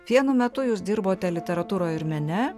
vienu metu jūs dirbote literatūroj ir mene